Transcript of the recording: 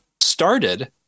started